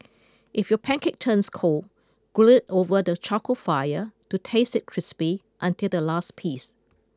if your pancake turns cold grill it over the charcoal fire to taste it crispy until the last piece